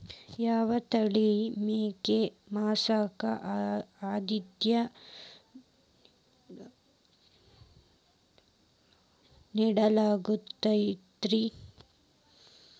ಯಾವ ತಳಿಯ ಮೇಕೆ ಮಾಂಸಕ್ಕ, ಆದ್ಯತೆ ನೇಡಲಾಗತೈತ್ರಿ?